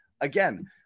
again